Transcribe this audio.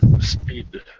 speed